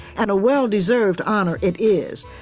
and a well deserved honor it is,